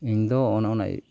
ᱤᱧ ᱫᱚ ᱚᱱ ᱚᱱᱟ